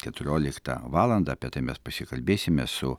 keturioliktą valandą apie tai mes pasikalbėsime su